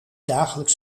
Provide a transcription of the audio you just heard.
dagelijks